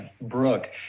Brooke